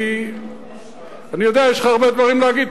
אני יודע: יש לך הרבה דברים להגיד,